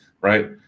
right